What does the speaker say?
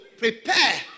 Prepare